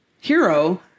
hero